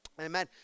amen